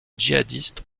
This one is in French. djihadistes